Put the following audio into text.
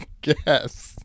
guess